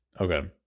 Okay